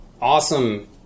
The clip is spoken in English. awesome